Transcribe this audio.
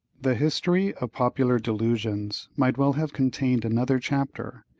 the history of popular delusions might well have contained another chapter,